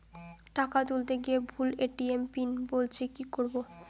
টাকা তুলতে গিয়ে ভুল এ.টি.এম পিন বলছে কি করবো?